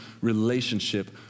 relationship